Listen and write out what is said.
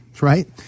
Right